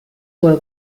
were